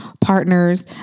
partners